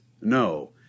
No